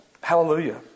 Hallelujah